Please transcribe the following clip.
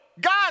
God